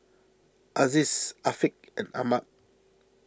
Aziz Afiq and Ahmad